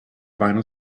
vinyl